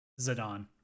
Zidane